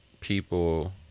people